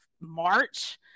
march